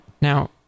Now